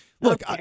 look